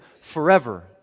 forever